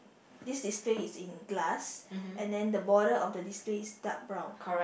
this display is in glass and then the border of the display is dark brown